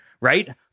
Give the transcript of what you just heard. right